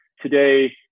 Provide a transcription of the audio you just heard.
today